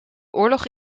oorlog